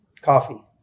Coffee